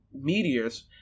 meteors